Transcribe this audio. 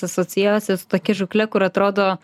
asociacija su tokia žūkle kur atrodo